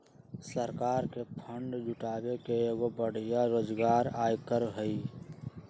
सरकार के फंड जुटावे के एगो बढ़िया जोगार आयकर हई